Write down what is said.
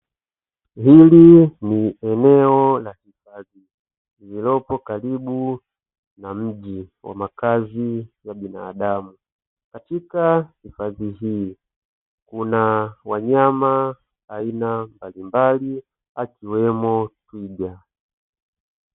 Hili ni eneo la hifadhi lililopo karibu na mji wa makazi ya binadamu katika hifadhi, hii kuna wanyama aina mbalimbali akiwemo twiga.